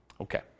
Okay